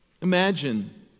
Imagine